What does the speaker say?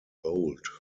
bold